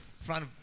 front